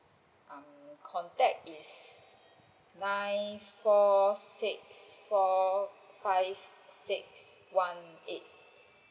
um contact is nine four six four five six one eight